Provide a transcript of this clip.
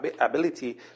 ability